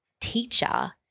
teacher